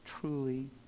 truly